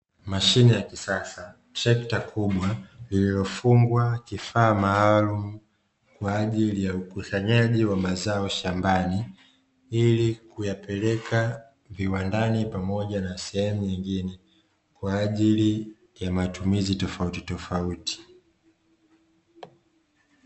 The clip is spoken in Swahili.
Mashine ya kisasa, trekta kubwa lililofungwa kifaa maalumu kwa ajili ya ukusanyaji wa mazao shambani, ili kuyapeleka viwandani pamoja na sehemu nyingine kwa ajili ya matumizi tofautitofauti.